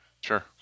Sure